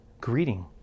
greeting